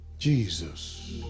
Jesus